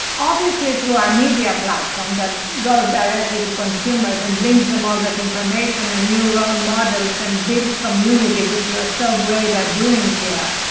obviously through our media platform that goes directly to consumers and brings them all that information and new role models and builds community, which you are so great at doing here